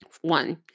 One